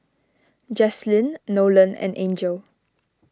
Jaslene Nolen and Angel